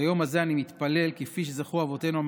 ביום הזה אני מתפלל שכפי שזכו אבותינו המכבים,